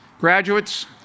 Graduates